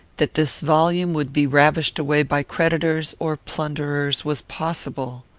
that this volume would be ravished away by creditors or plunderers was possible.